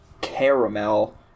Caramel